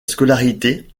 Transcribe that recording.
scolarité